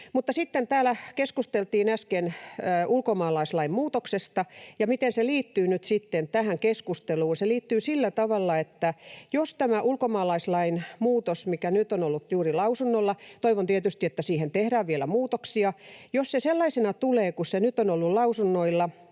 Mutta sitten täällä keskusteltiin äsken ulkomaalaislain muutoksesta. Ja miten se liittyy nyt sitten tähän keskusteluun? Se liittyy sillä tavalla, että jos tämä ulkomaalaislain muutos, mikä nyt on ollut juuri lausunnoilla — toivon tietysti, että siihen tehdään vielä muutoksia — tulee sellaisena kuin se nyt on ollut lausunnoilla,